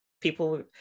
people